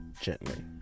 gently